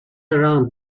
around